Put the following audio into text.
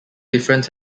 difference